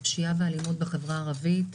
הפשיעה והאלימות בחברה הערבית,